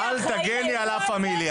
האירוע הזה --- אל תגני על לה פמילייה.